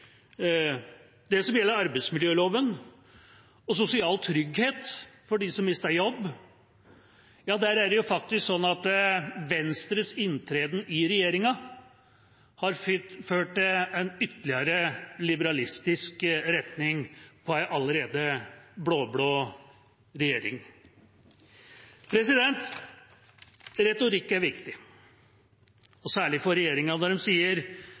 Når det gjelder arbeidsmiljøloven, og sosial trygghet for dem som mister jobben, er det faktisk slik at Venstres inntreden i regjeringa har ført til en ytterligere liberalistisk retning i en allerede blå-blå regjering. Retorikk er viktig, og særlig for regjeringa når de sier